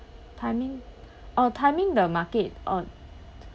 timing oh timing the market oh